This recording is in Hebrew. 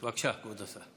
בבקשה, כבוד השר.